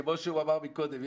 כמו שהוא אמר קודם,